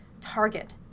target